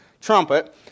trumpet